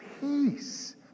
Peace